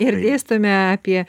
ir dėstome apie